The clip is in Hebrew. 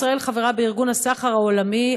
ישראל חברה בארגון הסחר העולמי,